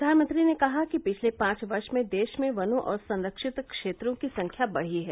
प्रधानमंत्री ने कहा कि पिछले पांच वर्ष में देश में वनों और संरक्षित क्षेत्रों की संख्या बढ़ी है